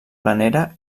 planera